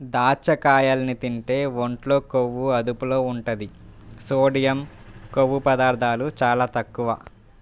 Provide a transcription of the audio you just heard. దాచ్చకాయల్ని తింటే ఒంట్లో కొవ్వు అదుపులో ఉంటది, సోడియం, కొవ్వు పదార్ధాలు చాలా తక్కువ